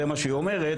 זה מה שהיא אומרת,